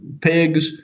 pigs